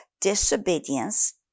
disobedience